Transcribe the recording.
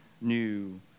new